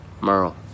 Merle